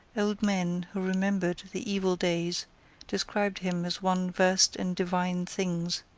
old men who remembered the evil days described him as one versed in divine things,